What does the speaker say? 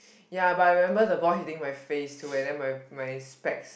ya but I remember the boy hitting my face to and then my my specs